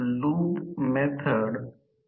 त्रास करण्याची गरज नाही